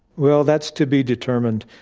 well, that's to be determined.